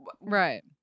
Right